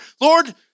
Lord